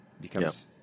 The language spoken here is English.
becomes